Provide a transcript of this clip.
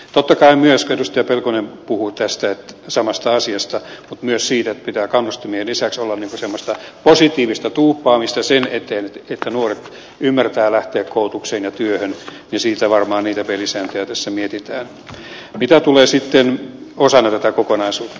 totta kai kun edustaja pelkonen puhui tästä samasta asiasta mutta myös siitä että pitää kannustimien lisäksi olla semmoista positiivista tuuppaamista sen eteen että nuoret ymmärtävät lähteä koulutukseen ja työhön niin varmaan niitä pelisääntöjä tässä mietitään osana tätä kokonaisuutta